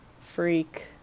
freak